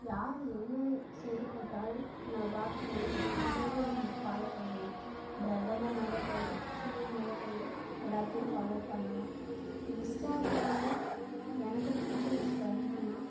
யார் என்ன செய்தி போட்டாலும் நம்ம பார்க்க முடியும் எல்லோரையும் நம்ம ஃபாலோ பண்ண முடியும் பிரதமர் முதக்கொண்டு சீஎம் முதக்கொண்டு எல்லாத்தையும் ஃபாலோ பண்ணலாம் இன்ஸ்டாகிராமில் எனக்கு பிடிச்ச விஷயோம் என்னனா